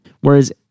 Whereas